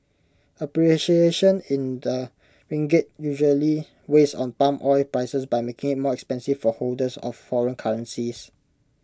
appreciation in the ringgit usually weighs on palm oil prices by making more expensive for holders of foreign currencies